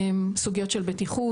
סוגיות של בטיחות,